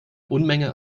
unmenge